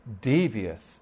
devious